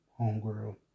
homegirl